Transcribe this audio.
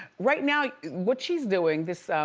right now what she's doing this